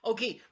Okay